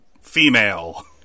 female